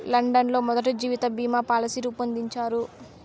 London లో మొదటి జీవిత బీమా పాలసీ రూపొందించారు